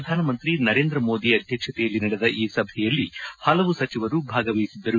ಪ್ರಧಾನಮಂತ್ರಿ ನರೇಂದ್ರ ಮೋದಿ ಅಧ್ಯಕ್ಷತೆಯಲ್ಲಿ ನಡೆದ ಈ ಸಭೆಯಲ್ಲಿ ಹಲವು ಸಚಿವರು ಭಾಗವಹಿಸಿದ್ದರು